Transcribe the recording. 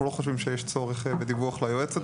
אנחנו לא חושבים שיש צורך בדיווח ליועצת המשפטית.